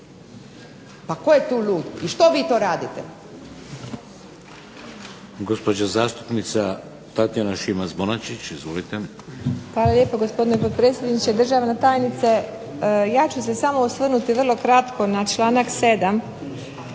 Pa tko je tu lud i što vi to radite?